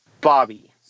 Bobby